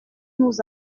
nous